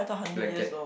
blanket